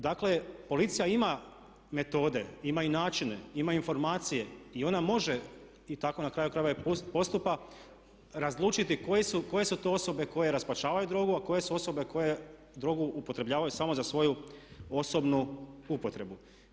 Dakle, policija ima metode, ima i načine, ima informacije i ona može, i tako na kraju krajeva i postupa, razlučiti koje su to osobe koje raspačavaju drogu, a koje su osobe koje drogu upotrebljavaju samo za svoju osobnu upotrebu.